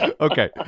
Okay